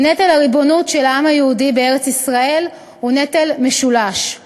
כי נטל הריבונות של העם היהודי בארץ-ישראל הוא נטל משולש,